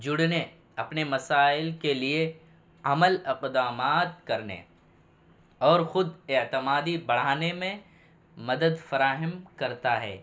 جڑنے اپنے مسائل کے لیے عمل اقدامات کرنے اور خود اعتمادی بڑھانے میں مدد فراہم کرتا ہے